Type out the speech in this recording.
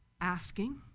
asking